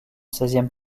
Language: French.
seizième